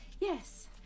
Yes